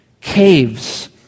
Caves